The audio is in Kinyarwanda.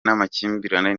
n’amakimbirane